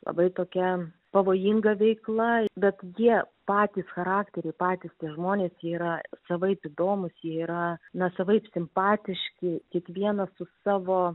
labai tokia pavojinga veikla bet jie patys charakteriai patys tie žmonės jie yra savaip įdomūs jie yra na savaip simpatiški kiekvienas su savo